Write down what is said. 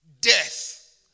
Death